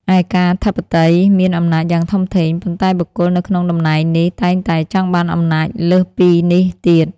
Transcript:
ឯកាធិបតីមានអំណាចយ៉ាងធំធេង ប៉ុន្តែបុគ្គលនៅក្នុងតំណែងនេះតែងតែចង់បានអំណាចលើសពីនេះទៀត។